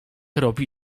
robi